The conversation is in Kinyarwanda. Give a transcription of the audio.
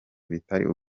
bitari